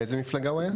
מאיזו מפלגה הוא היה?